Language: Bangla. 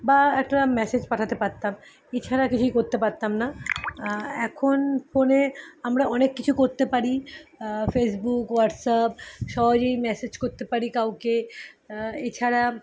বা একটা মেসেজ পাঠাতে পারতাম এছাড়া কিছুই করতে পারতাম না এখন ফোনে আমরা অনেক কিছু করতে পারি ফেসবুক হোয়াটস্যাপ সহজেই মেসেজ করতে পারি কাউকে এছাড়া